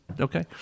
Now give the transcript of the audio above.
Okay